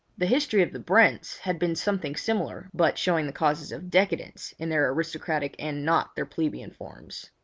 the history of the brents had been something similar, but showing the causes of decadence in their aristocratic and not their plebeian forms.